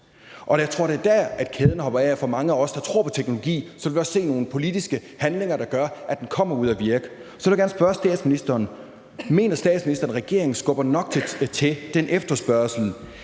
Jeg tror, at det er der, kæden hopper af. For mange af os, der tror på teknologi, vil også se nogle politiske handlinger, der gør, at den kommer ud at virke. Så jeg vil gerne spørge statsministeren: Mener statsministeren, at regeringen skubber nok til den efterspørgsel